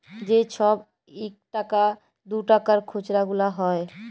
যে ছব ইকটাকা দুটাকার খুচরা গুলা হ্যয়